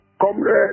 Comrade